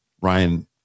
Ryan